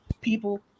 people